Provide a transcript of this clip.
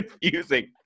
confusing